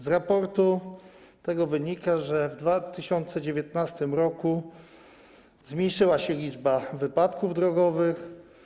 Z raportu tego wynika, że 2019 r. zmniejszyła się liczba wypadków drogowych.